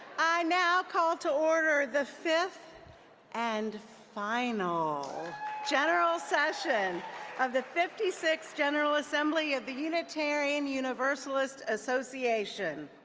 i now call to order the fifth and final general session of the fifty sixth general assembly of the unitarian universalist association.